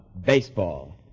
Baseball